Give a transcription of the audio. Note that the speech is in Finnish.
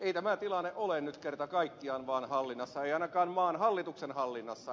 ei tämä tilanne ole nyt kerta kaikkiaan vaan hallinnassa ei ainakaan maan hallituksen hallinnassa